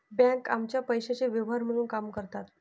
बँका आमच्या पैशाचे व्यवहार म्हणून काम करतात